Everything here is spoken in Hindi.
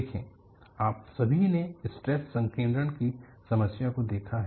देखें आप सभी ने स्ट्रेस संकेद्रण की समस्या को देखा है